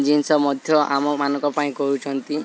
ଜିନିଷ ମଧ୍ୟ ଆମମାନଙ୍କ ପାଇଁ କହୁଛନ୍ତି